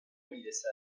میرسد